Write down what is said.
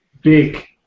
Big